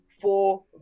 four